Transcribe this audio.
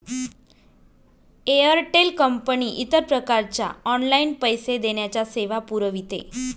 Airtel कंपनी इतर प्रकारच्या ऑनलाइन पैसे देण्याच्या सेवा पुरविते